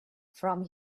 from